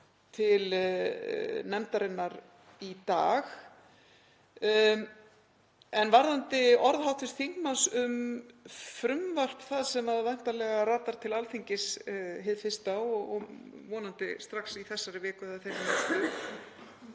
til nefndarinnar í dag. Varðandi orð hv. þingmanns um frumvarp það sem væntanlega ratar til Alþingis hið fyrsta, vonandi strax í þessari viku eða þeirri næstu,